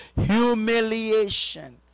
Humiliation